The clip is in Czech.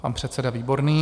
Pan předseda Výborný.